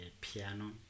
piano